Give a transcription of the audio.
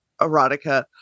erotica